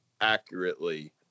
accurately